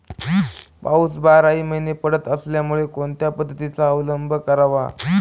पाऊस बाराही महिने पडत असल्यामुळे कोणत्या पद्धतीचा अवलंब करावा?